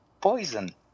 poison